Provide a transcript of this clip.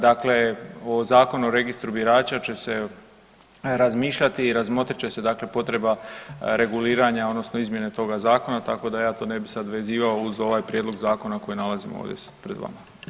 Dakle, Zakon o registru birača će se razmišljati i razmotrit će se potreba reguliranja odnosno izmjene toga zakona tako da ja to ne bi sad vezivao uz ovaj prijedlog zakona koji nalazimo ovdje pred vama.